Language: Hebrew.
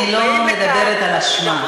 אני לא מדברת על אשמה.